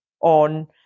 on